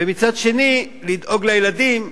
ומצד שני לדאוג לילדים,